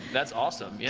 that's awesome. yeah